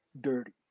dirty